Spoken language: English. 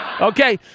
Okay